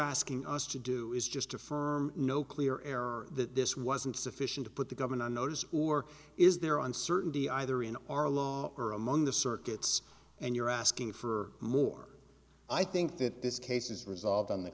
asking us to do is just a firm no clear error that this wasn't sufficient to put the governor on notice or is there on certainty either in our law or among the circuits and you're asking for more i think that this case is resolved on the